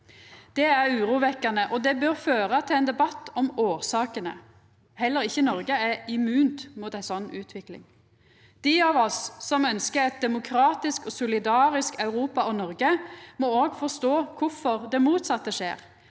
Dette er urovekkjande, og det bør føra til ein debatt om årsakene. Heller ikkje Noreg er immunt mot ei slik utvikling. Dei av oss som ønskjer eit demokratisk og solidarisk Europa og Noreg, må òg forstå kvifor det motsette skjer,